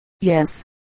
Yes